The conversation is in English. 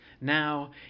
Now